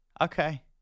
Okay